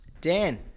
Dan